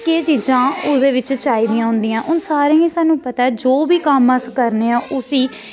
केह् चीजां ओह्दे बिच्च चाहिदियां होंदियां हून सारें गी सानूं पता ऐ जो बी कम्म अस करने आं उसी